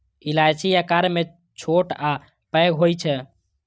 इलायची आकार मे छोट आ पैघ होइ छै